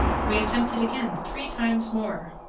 we attempted again three times more,